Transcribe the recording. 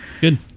Good